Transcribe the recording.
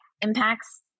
impacts